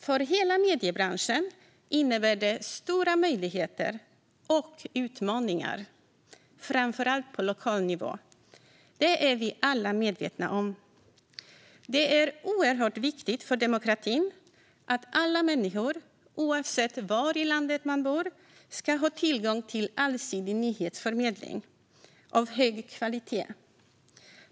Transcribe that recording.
För hela mediebranschen innebär det stora möjligheter och utmaningar, framför allt på lokal nivå. Det är vi alla medvetna om. Det är oerhört viktigt för demokratin att alla människor, oavsett var i landet de bor, ska ha tillgång till allsidig nyhetsförmedling av hög kvalitet.